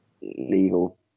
legal